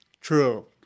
True